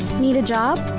need a job?